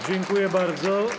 Dziękuję bardzo.